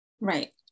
Right